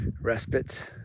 respite